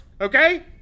Okay